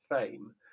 fame